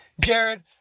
Jared